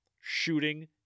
shooting